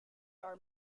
are